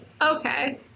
Okay